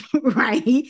right